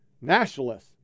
nationalists